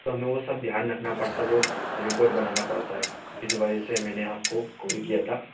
तो हमें वो सब ध्यान रखना पड़ता हैं वो रिकॉर्ड बनाना पड़ता है इस वजह से मैंने आपको कॉल किया था